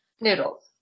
Noodles